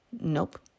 Nope